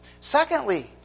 Secondly